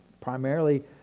primarily